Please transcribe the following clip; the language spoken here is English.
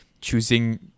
choosing